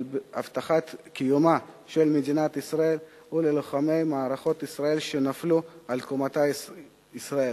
הבטחת קיומה של מדינת ישראל וללוחמי מערכות ישראל שנפלו למען תקומת ישראל,